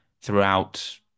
throughout